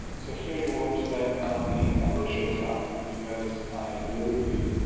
so here you will notice that now the error shows up, because i deliberately